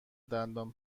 دندان